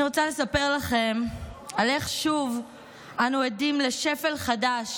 אני רוצה לספר לכם על איך שוב אנו עדים לשפל חדש